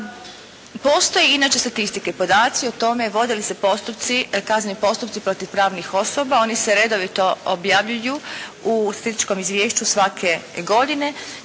Postoje inače statistike, podaci o tome vode li se postupci protiv pravnih osoba, oni se redovito objavljuju u statističkom izvješću svake godine,